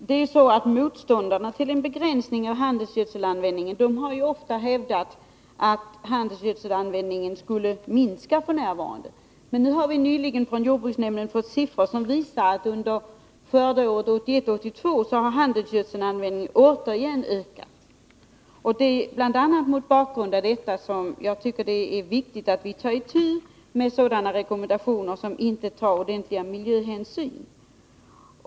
Herr talman! Motståndarna till en begränsning av handelsgödselanvändningen har ofta hävdat att handelsgödselanvändningen skulle minska f. n. Men nyligen har vi från jordbruksnämnden fått siffror som visar att under skördeåret 1981/82 har handelsgödselanvändningen återigen ökat. Det är bl.a. mot bakgrund av detta som jag tycker det är viktigt att vi tar itu med sådana rekommendationer som inte tar tillräckliga miljöhänsyn.